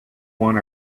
one